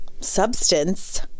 substance